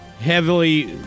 heavily